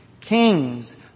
Kings